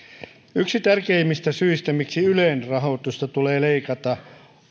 yksi tärkeimmistä syistä miksi ylen rahoitusta tulee leikata